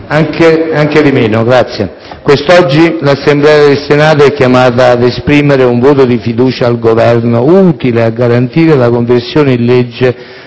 Presidente, quest'oggi l'Assemblea del Senato è chiamata ad esprimere un voto di fiducia al Governo utile a garantire la conversione in legge